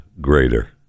greater